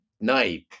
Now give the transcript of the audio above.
night